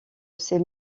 ces